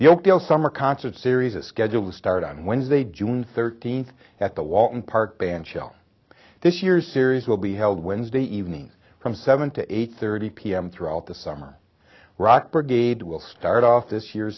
oakdale summer concert series is scheduled to start on wednesday june thirteenth at the walton park band shell this year's series will be held wednesday evening from seven to eight thirty pm throughout the summer rock brigade will start off this year